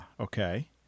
Okay